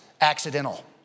accidental